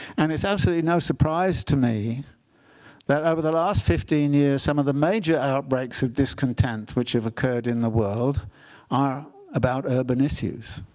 and it's absolutely no surprise to me that over the last fifteen years, some of the major outbreaks of discontent which have occurred in the world are about urban issues.